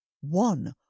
one